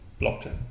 blockchain